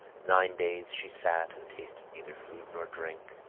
nine days she sat and tasted neither food nor drink,